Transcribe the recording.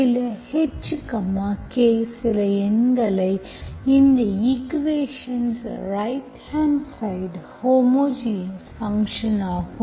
சில h k சில எண்களை இந்த equations right hand side homogeneous function ஆகும்